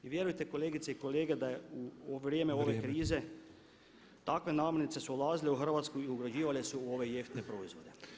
I vjerujte kolegice i kolege da je u vrijeme ove krize takve namirnice su ulazile u Hrvatsku i ugrađivale se u ove jeftine proizvode.